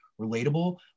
relatable